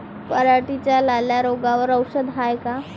पराटीच्या लाल्या रोगावर औषध हाये का?